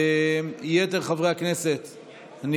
יתר חברי הכנסת,